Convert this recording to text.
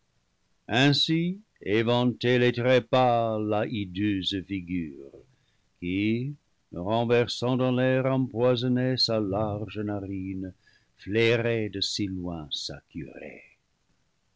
la hideuse figure qui renversant dans l'air empoisonné sa large narine flairait de si loin